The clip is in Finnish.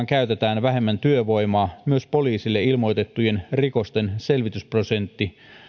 käytetään vähemmän työvoimaa myös poliisille ilmoitettujen rikosten selvitysprosentti